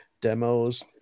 demos